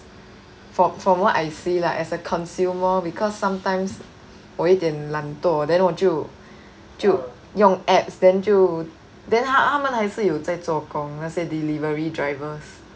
from from what I see like as a consumer because sometimes 我一点懒惰 then 我就就用 apps then 就 then 他他们还是有在做工那些 delivery drivers